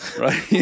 Right